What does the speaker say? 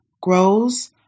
grows